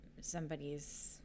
somebody's